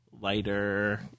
lighter